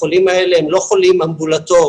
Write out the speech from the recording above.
החולים האלה הם לא חולים אמבולטוריים,